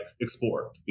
explore